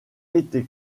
été